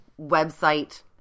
website